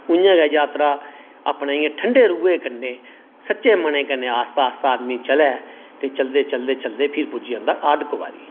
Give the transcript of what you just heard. इ'यां गे यात्रा अपने इ'यां ठंड़े रूहै कन्नै सच्चे मनै कन्नै आस्ता आस्ता आदमी चलै चलदे चलदे फ्ही पुज्जी जंदा ऐ अध्द कुआरी